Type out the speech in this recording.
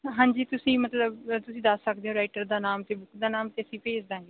ਹਾਂਜੀ ਤੁਸੀਂ ਮਤਲਬ ਤੁਸੀਂ ਦੱਸ ਸਕਦੇ ਹੋ ਰਾਈਟਰ ਦਾ ਨਾਮ ਅਤੇ ਬੁੱਕ ਦਾ ਨਾਮ ਤਾਂ ਅਸੀਂ ਭੇਜਦਾਂਗੇ